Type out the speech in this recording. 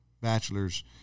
bachelor's